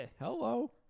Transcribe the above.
Hello